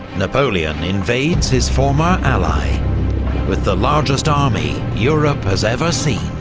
napoleon invades his former ally with the largest army europe has ever seen.